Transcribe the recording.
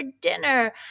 dinner